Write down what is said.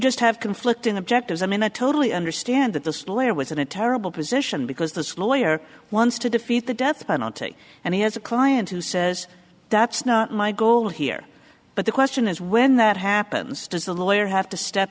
just have conflicting objectives i'm in a totally understand that this lawyer was in a terrible position because this lawyer wants to defeat the death penalty and he has a client who says that's not my goal here but the question is when that happens does the lawyer have to step